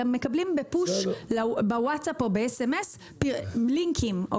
אלא מקבלים בפוש בווטסאפ או ב-אס.אמ.אס לינקים.